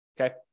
okay